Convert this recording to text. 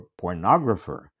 pornographer